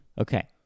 Okay